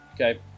Okay